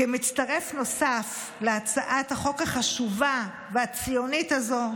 כמצטרף נוסף להצעת החוק החשובה והציונית הזו,